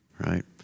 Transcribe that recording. right